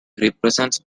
represents